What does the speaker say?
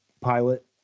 pilot